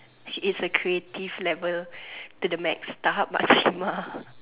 it's a creative level to the max tahap maksima